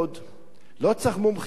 לא צריך מומחיות מיוחדת,